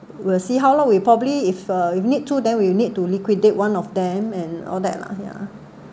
we'll see how loh we probably if uh if need to then we need to liquidate one of them and all that lah ya